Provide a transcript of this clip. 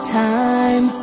time